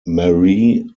marie